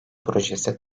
projesi